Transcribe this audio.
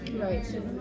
Right